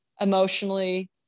Emotionally